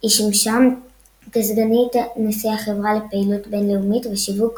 היא שימשה כסגנית נשיא החברה לפעילות בינלאומית ושיווק